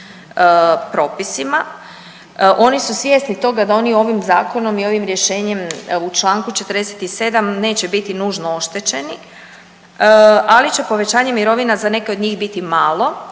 posebnim propisima, oni su svjesni toga da oni ovim zakonom i ovim rješenjem u čl. 47. neće biti nužno oštećeni, ali će povećanje mirovina za neke od njih biti malo,